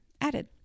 added